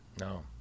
No